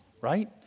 Right